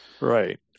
right